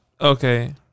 okay